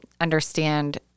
understand